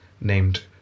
named